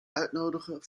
uitnodigen